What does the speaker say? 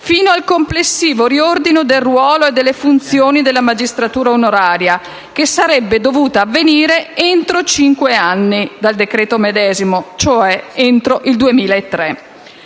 fino al complessivo riordino del ruolo e delle funzioni della magistratura onoraria, che sarebbe dovuto avvenire entro cinque anni dal decreto medesimo, cioè entro il 2003.